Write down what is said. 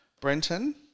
Brenton